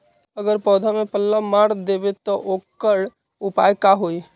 अगर पौधा में पल्ला मार देबे त औकर उपाय का होई?